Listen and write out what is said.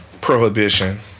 prohibition